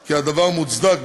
כי הדבר מוצדק,